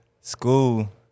school